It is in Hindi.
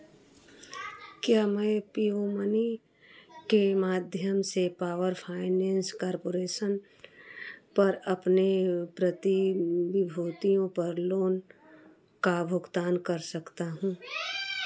क्या मैं पेयू मनी के माध्यम से पावर फाइनेंस कर्पोरेसन पर अपने प्रतिबिभूतियों पर लोन का भुगतान कर सकता हूँ